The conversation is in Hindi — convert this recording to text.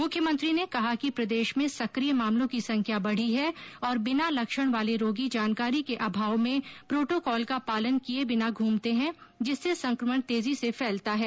मुख्यमंत्री ने कहा कि प्रदेश में सक्रिय मामलों की संख्या बढी है और बिना लक्षण वाले रोगी जानकारी के अभाव में प्रोटोकॉल का पालन किये बिना घूमते है जिससे संक्रमण तेजी से फैलता है